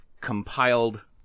compiled